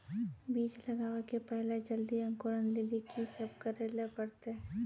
बीज लगावे के पहिले जल्दी अंकुरण लेली की सब करे ले परतै?